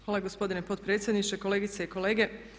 Hvala gospodine potpredsjedniče, kolegice i kolege.